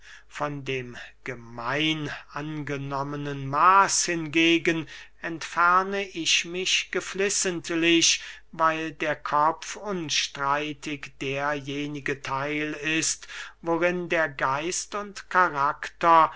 von dem gemein angenommenen maß hingegen entferne ich mich geflissentlich weil der kopf unstreitig derjenige theil ist worin der geist und karakter